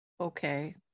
okay